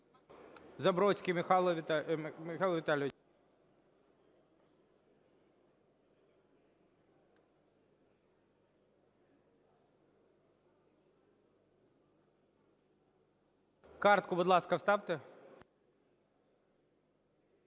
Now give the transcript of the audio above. Забродський Михайло Віталійович.